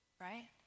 right